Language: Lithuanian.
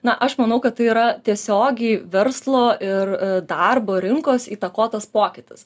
na aš manau kad tai yra tiesiogiai verslo ir darbo rinkos įtakotas pokytis